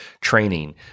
training